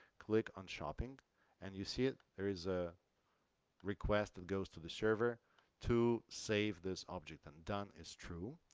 click on shopping and you see it there is a request that goes to the server to save this object and done is true.